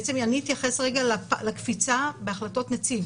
אני אתייחס רגע לקפיצה בהחלטות נציב.